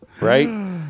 right